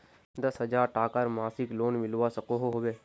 दस हजार टकार मासिक लोन मिलवा सकोहो होबे?